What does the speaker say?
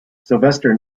sylvester